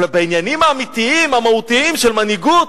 אבל בעניינים האמיתיים, המהותיים של מנהיגות,